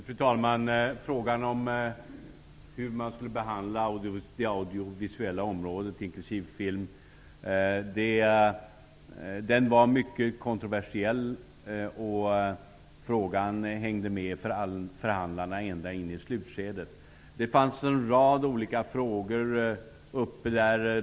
Fru talman! Frågan om hur man skulle behandla det audiovisuella området, inklusive film, var mycket kontroversiell. Den hängde med förhandlarna ända in i slutskedet. Det fanns en rad olika frågor uppe.